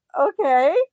okay